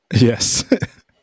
yes